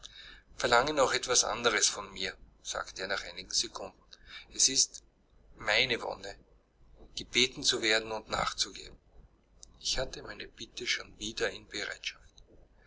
verlange noch etwas anderes von mir sagte er nach einigen sekunden es ist meine wonne gebeten zu werden und nachzugeben ich hatte meine bitte schon wieder in